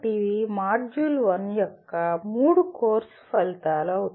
కాబట్టి ఇవి మాడ్యూల్ 1 యొక్క మూడు కోర్సు ఫలితాలు